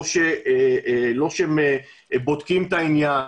לא שהם בודקים את העניין,